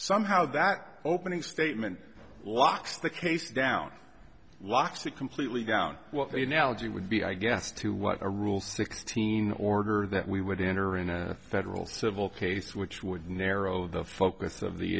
somehow that opening statement locks the case down locks it completely down what you now and you would be i guess to what a rule sixteen order that we would enter in a federal civil case which would narrow the focus of the